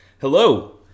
Hello